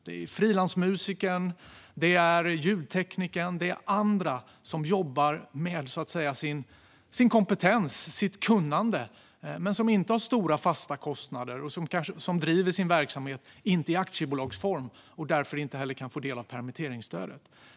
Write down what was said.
Det är frilansmusikern, ljudteknikern och andra som jobbar med sin kompetens och sitt kunnande men som inte har stora fasta kostnader och som inte driver sin verksamhet i aktiebolagsform och därför inte kan få del av permitteringsstödet.